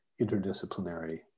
interdisciplinary